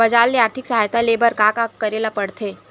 बजार ले आर्थिक सहायता ले बर का का करे ल पड़थे?